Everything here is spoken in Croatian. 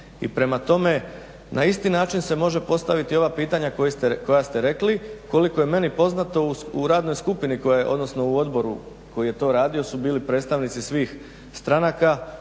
i prema tome na isti način se može postaviti ova pitanja koja ste rekli. Koliko je meni poznato u radnoj skupni odnosno u odboru koji je to radio su bili predstavnici svih stranaka,